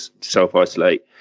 self-isolate